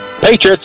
Patriots